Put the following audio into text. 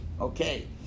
Okay